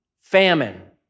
famine